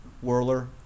whirler